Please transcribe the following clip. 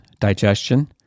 digestion